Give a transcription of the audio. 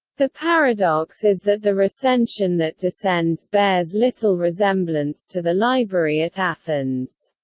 the paradox is that the recension that descends bears little resemblance to the library at athens.